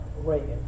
Reagan